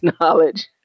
knowledge